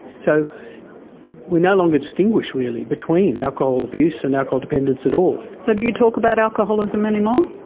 so we no longer distinguish really between alcohol abuse and alcohol dependence at all. so do you talk about alcoholism anymore?